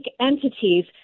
entities